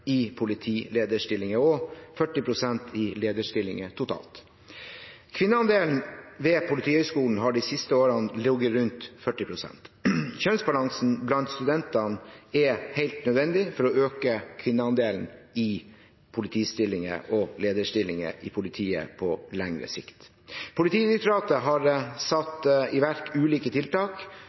i politilederstillinger og 40 pst. i lederstillinger totalt. Kvinneandelen ved Politihøgskolen har i de siste årene ligget rundt 40 pst. Kjønnsbalanse blant studentene er helt nødvendig for å øke kvinneandelen i politistillinger og lederstillinger i politiet på lengre sikt. Politidirektoratet har satt i verk ulike tiltak